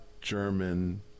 German